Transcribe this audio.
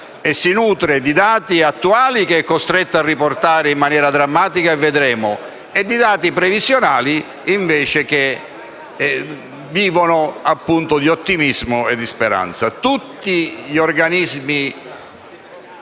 speranza; di dati attuali che è costretto a riportare in maniera drammatica - lo vedremo - e di dati previsionali che invece vivono, appunto, di ottimismo e di speranza.